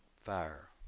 fire